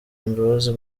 imbabazi